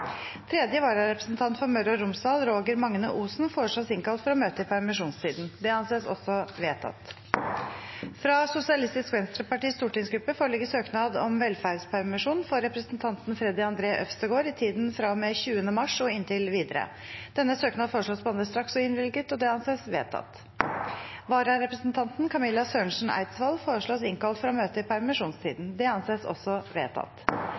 for Møre og Romsdal, Roger Magne Osen . Fra Sosialistisk Venstrepartis stortingsgruppe foreligger søknad om velferdspermisjon for representanten Freddy André Øvstegård i tiden fra og med 20. mars og inntil videre. Etter forslag fra presidenten ble enstemmig besluttet: Søknaden behandles straks og innvilges. Vararepresentanten Camilla Sørensen Eidsvold innkalles for å møte i